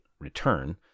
return